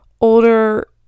older